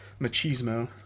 machismo